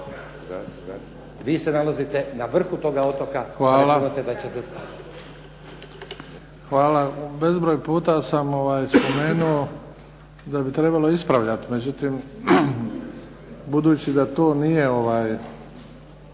Vi se nalazite na vrhu toga otoka. **Bebić, Luka (HDZ)** Hvala. Bezbroj puta sam spomenuo da bi trebalo ispravljati, međutim budući da to nije